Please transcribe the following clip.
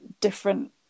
different